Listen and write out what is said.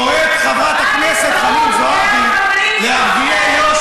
קוראת חברת הכנסת חנין זועבי לערביי יו"ש